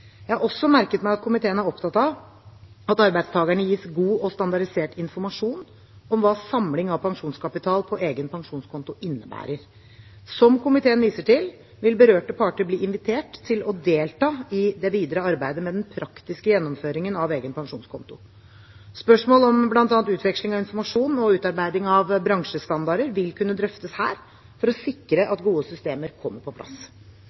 Jeg har også merket meg at komiteen er opptatt av at arbeidstakerne gis god og standardisert informasjon om hva samling av pensjonskapital på egen pensjonskonto innebærer. Som komiteen viser til, vil berørte parter bli invitert til å delta i det videre arbeidet med den praktiske gjennomføringen av egen pensjonskonto. Spørsmål om bl.a. utveksling av informasjon og utarbeiding av bransjestandarder vil kunne drøftes her for å sikre at gode systemer kommer på plass.